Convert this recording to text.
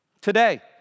Today